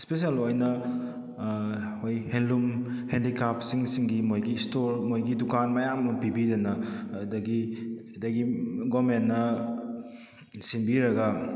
special ꯑꯣꯏꯅ ꯑꯩꯈꯣꯏ ꯍꯦꯟꯂꯨꯝ ꯍꯦꯟꯗꯤꯀ꯭ꯔꯥꯐꯁꯤꯡ ꯁꯤꯡꯒꯤ ꯃꯣꯏꯒꯤ ꯏꯁꯇꯣꯔ ꯃꯣꯏꯒꯤ ꯗꯨꯀꯥꯟ ꯃꯌꯥꯝ ꯑꯃ ꯄꯤꯕꯤꯗꯅ ꯑꯗꯨꯗꯒꯤ ꯑꯗꯨꯗꯒꯤ ꯒꯣꯚꯔꯟꯃꯦꯟꯅ ꯁꯤꯟꯕꯤꯔꯒ